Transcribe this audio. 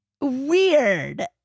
Weird